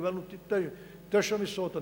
קיבלנו תשע משרות.